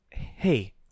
Hey